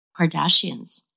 Kardashians